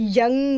young